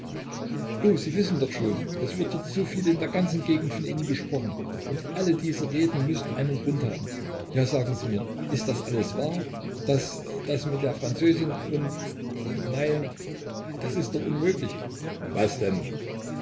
o sie wissen doch schon es wird jetzt so viel in der ganzen gegend von ihnen gesprochen und alle diese reden müssen einen grund haben ja sagen sie mir ist das alles wahr das das mit der französin und nein das ist doch unmöglich was denn